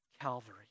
Calvary